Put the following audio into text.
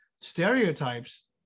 stereotypes